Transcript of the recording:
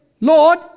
Lord